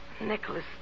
Nicholas